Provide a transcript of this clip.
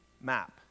map